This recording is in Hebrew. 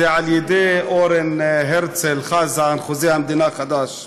על ידי אורן הרצל חזן, חוזה המדינה החדש.